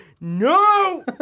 no